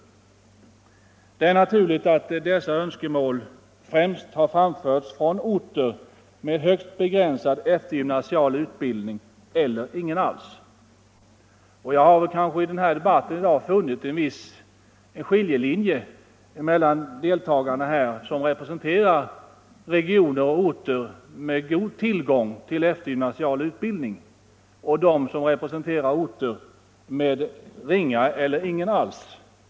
Det är naturligt att dessa önskemål främst har framförts från orter med ytterst begränsad eftergymnasial utbildning eller ingen alls. Jag har i den här debatten i dag funnit en viss skiljelinje mellan deltagarna som representerar regioner och orter med god tillgång till eftergymnasial utbildning och dem som representerar orter med ringa tillgång eller ingen alls.